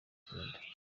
cyenda